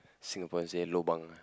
Singaporeans say lobang ah